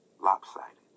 lopsided